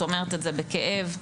אומרת את זה בכאב.